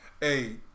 Hey